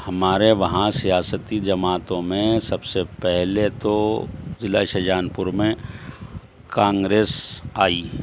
ہمارے وہاں سیاسی جماعتوں میں سب سے پہلے تو ضلع شاہجہان پور میں کانگریس آئی